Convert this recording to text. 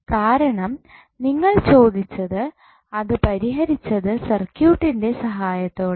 കാരണം നിങ്ങൾ ചോദിച്ചത് അത് പരിഹരിച്ചത് സർക്യൂട്ടിൻ്റെ സഹായത്തോടെയാണ്